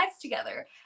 together